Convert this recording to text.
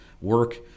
work